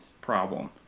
problem